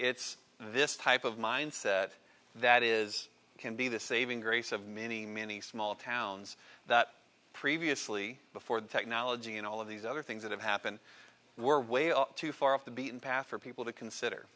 it's this type of mindset that is can be the saving grace of many many small towns that previously before the technology and all of these other things that have happened way are too far off the beaten path for people to consider